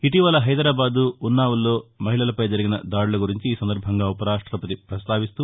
ఇటీవల హైదరాబాద్ ఉన్నావ్లో మహిళలపై జరిగిన దాడుల గురించి ఈ సందర్బంగా ఉపరాష్టపతి పస్తావిస్తూ